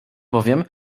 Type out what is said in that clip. bowiem